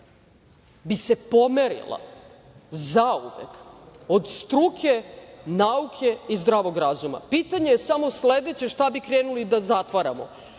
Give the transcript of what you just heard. bi se pomerila zauvek od struke, nauke i zdravog razuma. Pitanje je samo sledeće, šta bi krenuli da zatvaramo,